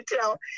tell